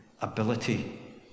ability